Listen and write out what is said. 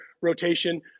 rotation